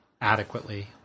Adequately